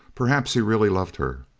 perhaps he really loved her.